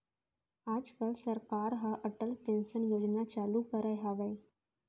आज काल सरकार ह अटल पेंसन योजना चालू करे हवय